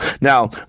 Now